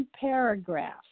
paragraph